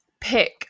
pick